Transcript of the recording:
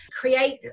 create